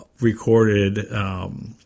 recorded –